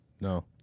no